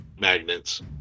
magnets